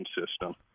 system